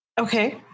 Okay